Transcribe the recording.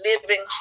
living